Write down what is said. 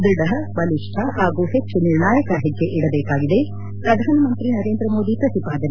ದ್ವಥ ಬಲಿಷ್ತ ಹಾಗೂ ಹೆಚ್ಚು ನಿರ್ಣಾಯಕ ಹೆಜ್ನೆ ಇಡಬೇಕಾಗಿದೆ ಪ್ರಧಾನಮಂತ್ರಿ ನರೇಂದ್ರ ಮೋದಿ ಪ್ರತಿಪಾದನೆ